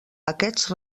aquests